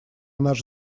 наш